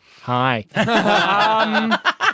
hi